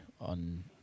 on